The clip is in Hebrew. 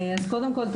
קודם כל,